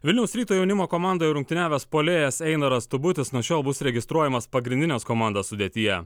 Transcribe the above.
vilniaus ryto jaunimo komandoje rungtyniavęs puolėjas einaras tubutis nuo šiol bus registruojamas pagrindinės komandos sudėtyje